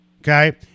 okay